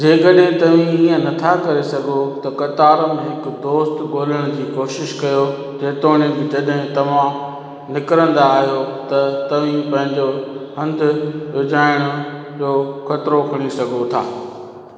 जेकड॒हिं तव्हीं ईअं नथा करे सघो त कतार में हिकु दोस्त गो॒ल्हण जी कोशिशु कयो जेतोणीक जड॒हिं तव्हां निकिरंदा आहियो त तव्हीं पंहिंजो हंधि विझायण जो ख़तरो खणी सघो था